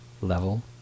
level